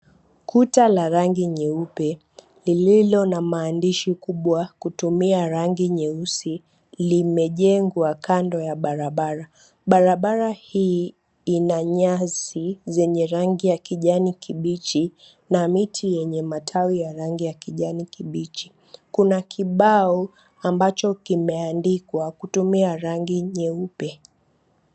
Kuta nyeupe lililo na maandishi kubwa kutumia rangi nyeusi, limejengwa kando ya barabara. Barabara hii ina nyasi yenye rangi ya kijani kibichi na miti yenye matawi ya rangi ya kijani kibichi. Kuna kibao ambacho kimeandikwa kutumia rangi nyeupe.